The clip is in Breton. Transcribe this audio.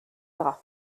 dra